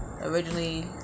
Originally